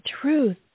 truth